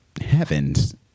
heavens